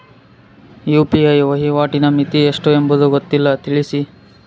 UPI ವಹಿವಾಟಿನ ಮಿತಿ ಎಷ್ಟು ಎಂಬುದು ಗೊತ್ತಿಲ್ಲ? ತಿಳಿಸಿ?